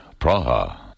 Praha